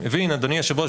אני מבין אדוני היושב ראש,